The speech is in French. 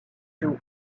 jours